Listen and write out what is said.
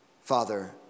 Father